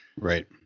right